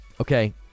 okay